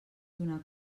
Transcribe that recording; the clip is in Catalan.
donar